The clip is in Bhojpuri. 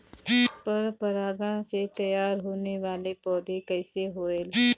पर परागण से तेयार होने वले पौधे कइसे होएल?